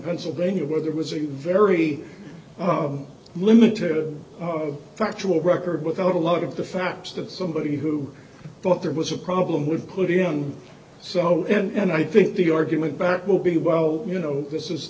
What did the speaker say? pennsylvania where there was a very limited factual record without a lot of the facts that somebody who thought there was a problem would put in so and i think the argument back will be well you know this is